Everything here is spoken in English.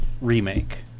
remake